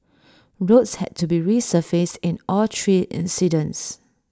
roads had to be resurfaced in all three incidents